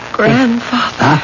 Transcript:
grandfather